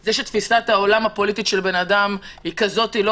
זה שתפיסת הפוליטית של בן אדם היא כזאת זה לא